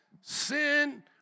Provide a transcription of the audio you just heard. Sin